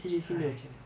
!hais!